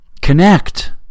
Connect